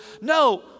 No